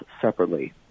separately